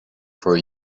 for